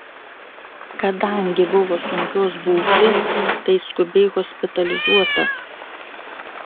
kadangi buvo sunkios būklės tai skubiai hospitalizuota